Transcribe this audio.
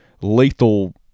lethal